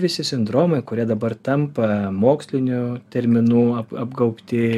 visi sindromai kurie dabar tampa mokslinių terminų apgaubti